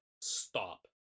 stop